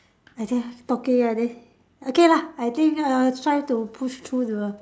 I just talking and then okay lah I think err try to push through the